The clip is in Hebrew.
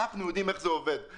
אנחנו יודעים איך זה עובד.